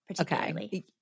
Okay